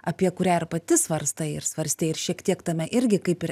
apie kurią ir pati svarstai ir svarstei ir šiek tiek tame irgi kaip ir